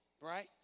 right